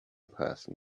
person